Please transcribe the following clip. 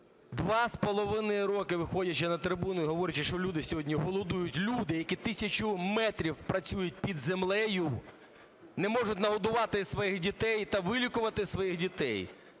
Два з половиною роки виходячи на трибуну і говорячи, що люди сьогодні голодують, люди, які тисячу метрів працюють під землею, не можуть нагодувати своїх дітей та вилікувати своїх дітей.